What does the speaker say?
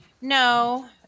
no